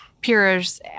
peers